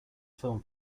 film